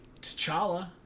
T'Challa